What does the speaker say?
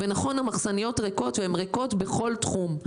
ונכון, המחסניות ריקות והן ריקות בכל תחום.